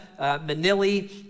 Manili